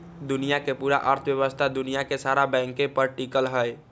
दुनिया के पूरा अर्थव्यवस्था दुनिया के सारा बैंके पर टिकल हई